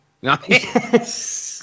Yes